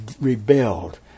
rebelled